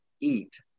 eat